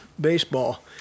baseball